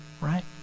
right